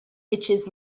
itches